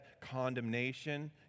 condemnation